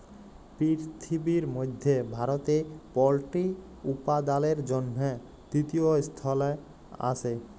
পিরথিবির মধ্যে ভারতে পল্ট্রি উপাদালের জনহে তৃতীয় স্থালে আসে